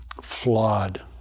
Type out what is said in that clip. flawed